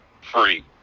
free